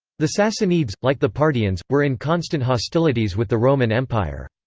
the sassanids, like the parthians, were in constant hostilities with the roman empire.